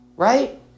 right